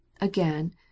Again